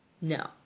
No